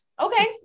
Okay